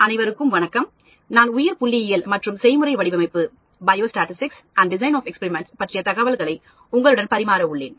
அனைவருக்கும் வணக்கம் நான் உயிர் புள்ளியியல் மற்றும் செய்முறை வடிவமைப்பு பற்றிய தகவல்களை உங்களுடன் பரிமாற உள்ளேன்